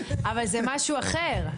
אבל זה משהו אחר,